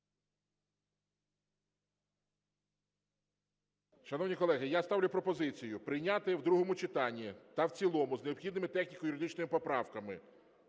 Шановні колеги, я ставлю пропозицію прийняти в другому читанні та в цілому з необхідними техніко-юридичними поправками,